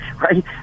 right